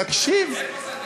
תקשיב, תקשיב,